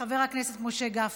חבר הכנסת משה גפני,